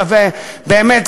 באמת,